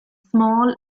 small